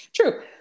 True